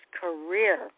career